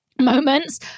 moments